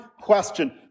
question